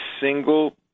single